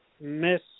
Miss